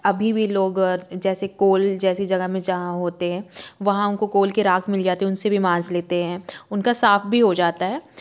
अभी भी लोग जैसे कोल जैसे जगह में जहाँ होते है वहाँ उनको कोल के राख मिल जाती है उनसे भी माज लेते है उनका साफ भी हो जाता है